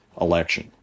election